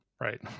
right